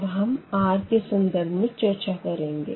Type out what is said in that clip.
अब हम r के संदर्भ में चर्चा करेंगे